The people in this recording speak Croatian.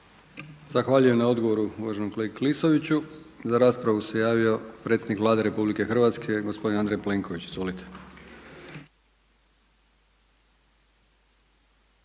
Zahvaljujem na odgovoru uvaženom kolegi Klisović. Za raspravu se javio predsjednik Vlade RH gospodin Andrej Plenković. Izvolite.